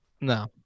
No